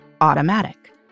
automatic